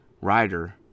rider